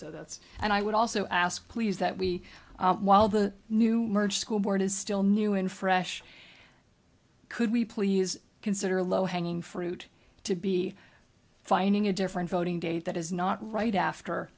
so that's and i would also ask please that we while the new merged school board is still new and fresh could we please consider a low hanging fruit to be finding a different voting day that is not right after